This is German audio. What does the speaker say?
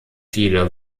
viele